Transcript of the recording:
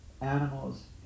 animals